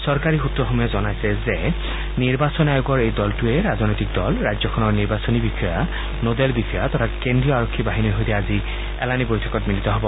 চৰকাৰী সূত্ৰসমূহে জনাইছে যে নিৰ্বাচন আয়োগৰ এই দলটোৱে ৰাজনৈতিক দল ৰাজ্যখনৰ নিৰ্বাচনী বিষয়া আৰু নডেল বিষয়া তথা কেন্দ্ৰীয় আৰক্ষী বাহিনীৰ সৈতে আজি এলানি বৈঠকত মিলিত হ'ব